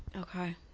Okay